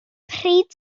pryd